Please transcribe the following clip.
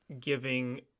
giving